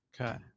Okay